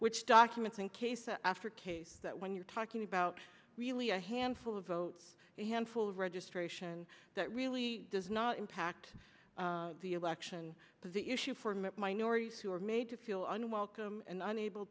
which documents a case after case that when you're talking about really a handful of votes a handful of registration that really does not impact the election but the issue for him and minorities who are made to feel unwelcome and unable